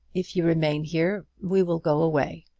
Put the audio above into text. if you remain here, we will go away.